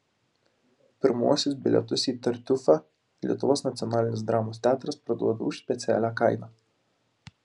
pirmuosius bilietus į tartiufą lietuvos nacionalinis dramos teatras parduoda už specialią kainą